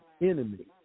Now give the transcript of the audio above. enemy